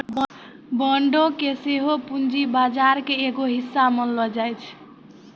बांडो के सेहो पूंजी बजार के एगो हिस्सा मानलो जाय छै